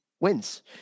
wins